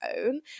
own